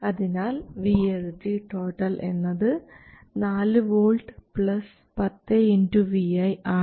അതിനാൽ VSD എന്നത് 4 V 10 vi ആണ്